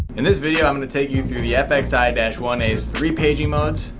in this video i'm going to take you through the fxi one a's three paging modes,